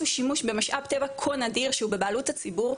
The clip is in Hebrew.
שימוש במשאב טבע כה נדיר שהוא בבעלות הציבור,